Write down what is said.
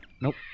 Nope